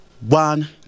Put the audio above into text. one